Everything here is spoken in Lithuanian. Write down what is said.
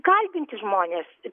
kalbinti žmonės